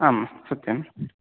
आं सत्यम्